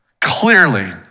Clearly